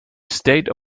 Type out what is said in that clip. state